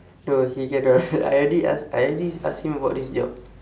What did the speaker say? no he cannot I already ask I already ask him about this job